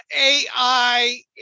AI